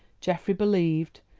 geoffrey believed,